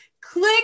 click